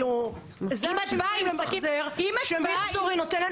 אם את באה עם שקית ------ שויקטורי נותנת